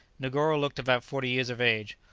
negoro looked about forty years of age.